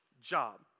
job